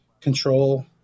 control